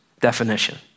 definition